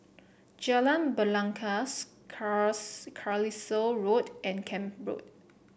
Jalan Belangkas Carlisle Road and Camp Road